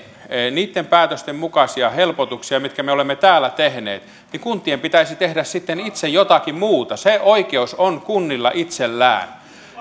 niitten päätösten mukaisia helpotuksia mitkä me olemme täällä tehneet niin kuntien pitäisi tehdä sitten itse jotakin muuta se oikeus on kunnilla itsellään